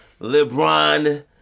LeBron